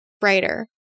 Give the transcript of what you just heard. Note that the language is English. brighter